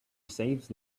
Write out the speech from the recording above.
saves